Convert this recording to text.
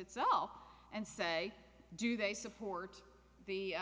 itself and say do they support the